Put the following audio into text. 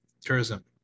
tourism